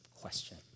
question